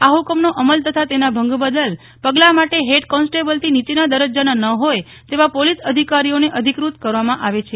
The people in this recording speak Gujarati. આ હુકમનો અમલ તથા તેના ભંગ બદલ પગલા માટે હેડ કોન્ટેબલથી નીચેના દરજ્જાના ન હોય તેવા પોલીસ અધિકારીઓને અધિકૃત કરવામાં આવે છે